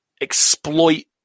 exploit